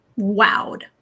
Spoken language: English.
wowed